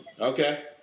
Okay